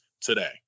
today